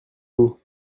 vous